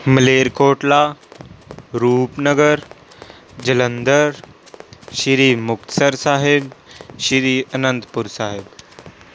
Malerkotla Rupnagar Jalandhar Shri Muktsar Sahib Shri Anandpur Sahib